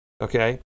Okay